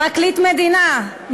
פרקליט מדינה,